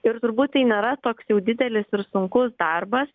ir turbūt tai nėra toks jau didelis ir sunkus darbas